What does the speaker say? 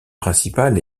principale